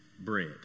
bread